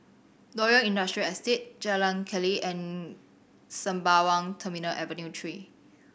Loyang Industrial Estate Jalan Keli and Sembawang Terminal Avenue Three